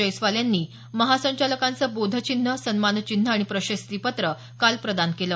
जैस्वाल यांनी महासंचालकांचं बोधचिन्ह सन्मानचिन्ह आणि प्रशस्तीपत्र काल प्रदान केलं